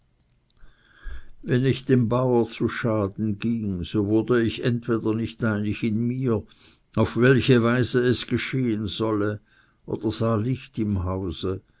wenn ich dem bauer zu schaden ging so wurde ich entweder nicht einig in mir auf welche weise es geschehen solle oder ich sah licht im hause